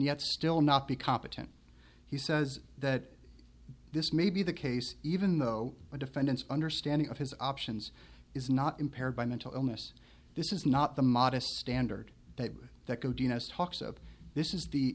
yet still not be competent he says that this may be the case even though the defendant's understanding of his options is not impaired by mental illness this is not the modest standard that code yunus talks of this is the